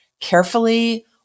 carefully